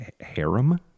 harem